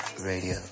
Radio